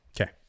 Okay